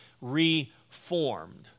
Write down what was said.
reformed